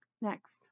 Next